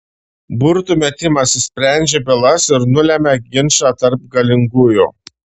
burtų metimas išsprendžia bylas ir nulemia ginčą tarp galingųjų